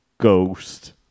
Ghost